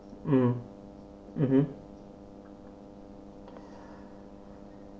mm mmhmm